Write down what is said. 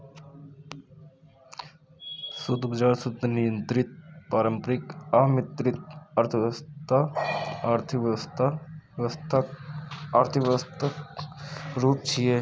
शुद्ध बाजार, शुद्ध नियंत्रित, पारंपरिक आ मिश्रित अर्थव्यवस्था आर्थिक व्यवस्थाक रूप छियै